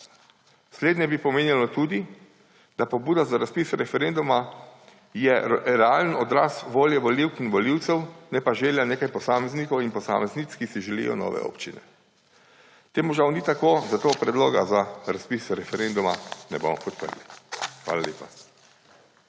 Slednje bi pomenilo tudi, da je pobuda za razpis referenduma realen odraz volje volivk in volivcev, ne pa želja nekaj posameznikov in posameznic, ki si želijo nove občine. Temu žal ni tako, zato predloga za razpis referenduma ne bomo podprli. Hvala lepa.